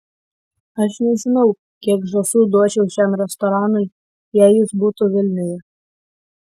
aš nežinau kiek žąsų duočiau šiam restoranui jei jis būtų vilniuje